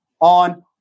on